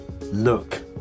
look